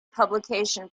publication